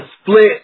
split